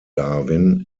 darwin